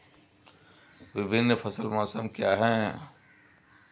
विभिन्न फसल मौसम क्या हैं?